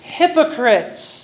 hypocrites